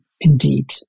indeed